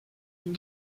une